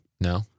No